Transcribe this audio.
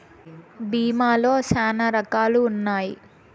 భీమా లో శ్యానా రకాలు ఉన్నాయి